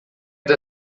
der